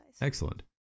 Excellent